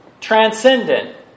Transcendent